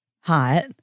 hot